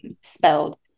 spelled